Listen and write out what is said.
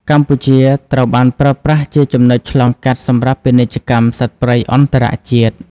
កម្ពុជាត្រូវបានប្រើប្រាស់ជាចំណុចឆ្លងកាត់សម្រាប់ពាណិជ្ជកម្មសត្វព្រៃអន្តរជាតិ។